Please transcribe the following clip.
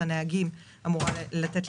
אנשים שגרים בסביבת נהריה ולאוכלוסיות אחרות.